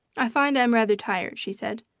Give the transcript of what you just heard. i find i am rather tired, she said.